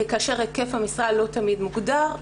כאשר היקף המשרה לא תמיד מוגדר,